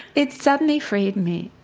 it suddenly freed me.